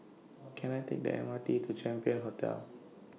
Can I Take The M R T to Champion Hotel